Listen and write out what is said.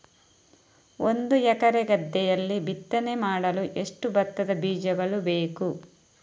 ಒಂದು ಎಕರೆ ಗದ್ದೆಯಲ್ಲಿ ಬಿತ್ತನೆ ಮಾಡಲು ಎಷ್ಟು ಭತ್ತದ ಬೀಜಗಳು ಬೇಕು?